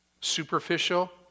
Superficial